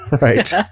right